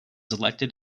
elected